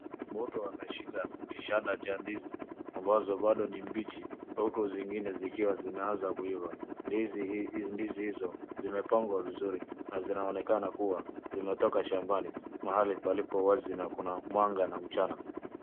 Mtu ameshika kishanda cha ndizi ambazo bado ni mbichi huku zingine zikiwa zimeanza kuiva. Ndizi hizo zimepangwa vizuri na zinaonekana kuwa zimetoka shambani mahali paliko wazi na kuna mwanga na mchana.